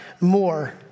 more